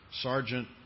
Sergeant